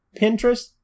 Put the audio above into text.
Pinterest